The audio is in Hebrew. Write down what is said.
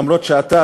למרות שאתה,